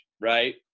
right